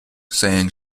saying